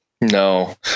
No